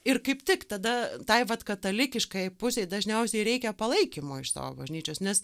ir kaip tik tada tai vat katalikiškajai pusei dažniausiai reikia palaikymo iš savo bažnyčios nes